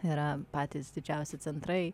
yra patys didžiausi centrai